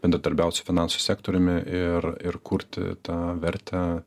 bendradarbiaut su finansų sektoriumi ir ir kurti tą vertę